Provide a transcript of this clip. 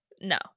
No